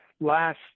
last